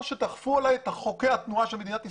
נאכוף עליך את חוקי התנועה של מדינת ישראל?